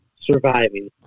surviving